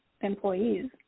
employees